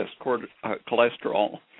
cholesterol